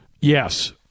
Yes